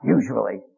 usually